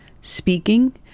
speaking